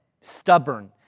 stubborn